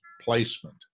placement